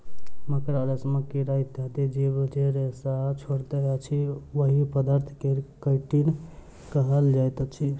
मकड़ा, रेशमक कीड़ा इत्यादि जीव जे रेशा छोड़ैत अछि, ओहि पदार्थ के काइटिन कहल जाइत अछि